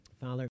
Father